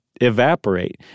evaporate